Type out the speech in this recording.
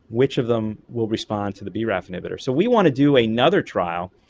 which of them will respond to the braf inhibitors. so we want to do another trial,